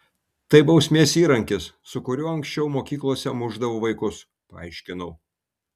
tai bausmės įrankis su kuriuo anksčiau mokyklose mušdavo vaikus paaiškinau